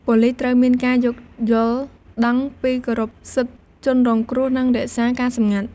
ប៉ូលិសត្រូវមានការយោគយល់ដឹង ពីគោរពសិទ្ធិជនរងគ្រោះ និងរក្សាការសម្ងាត់ ។